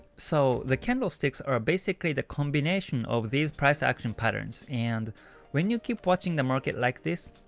so the candle sticks are basically the combination of these price actions patterns. and when you keep watching the market like this,